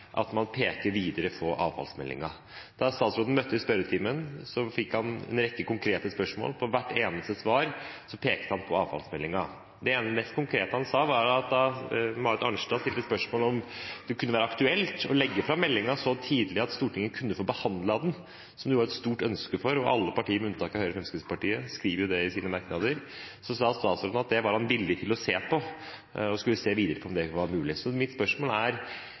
at man peker videre på avfallsmeldingen. Da statsråden møtte i spørretimen, fikk han en rekke konkrete spørsmål. I hvert eneste svar pekte han på avfallsmeldingen. Det mest konkrete han sa, var at – da Marit Arnstad stilte spørsmål om det kunne være aktuelt å legge fram meldingen så tidlig at Stortinget kunne få behandlet den, som det jo var et stort ønske om, og alle partier, med unntak av Høyre og Fremskrittspartiet, skriver det i sine merknader – det var han «villig til å se på», og han skulle se videre på om det var mulig. Så mitt spørsmål er: